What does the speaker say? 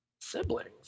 Siblings